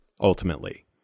ultimately